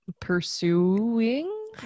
pursuing